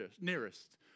nearest